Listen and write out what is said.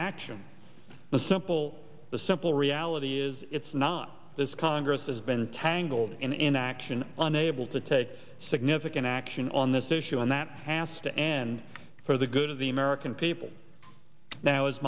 action the simple the simple reality is it's not this congress has been tangled in inaction unable to take significant action on this issue and that pass to end for the good of the american people now